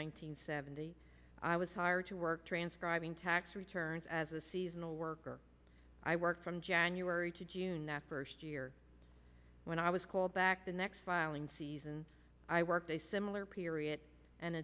hundred seventy i was hired to work transcribing tax returns as a seasonal worker i worked from january to june that first year when i was called back the next filing season i worked a similar period an